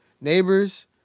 Neighbors